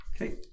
Okay